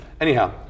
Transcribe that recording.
Anyhow